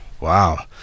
wow